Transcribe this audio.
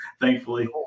thankfully